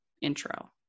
intro